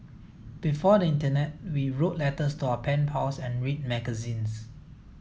before the internet we wrote letters to our pen pals and read magazines